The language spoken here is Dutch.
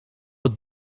het